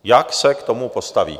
Jak se k tomu postaví?